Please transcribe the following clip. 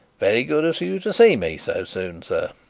very good of you to see me so soon, sir,